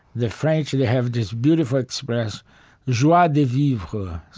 the french, they have this beautiful expression joie de vivre,